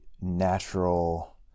natural